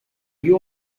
you